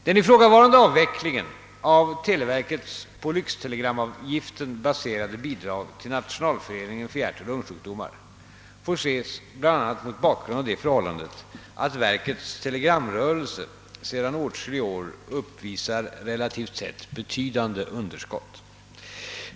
Den ifrågavarande avvecklingen av televerkets på lyxtelegramavgiften baserade bidrag till Nationalföreningen för hjärtoch lungsjukdomar får ses bl.a. mot bakgrund av det förhållandet, att verkets telegramrörelse sedan åtskilliga år uppvisar relativt sett betydande underskott.